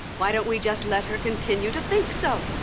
why don't we just let her continue to think so?